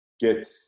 get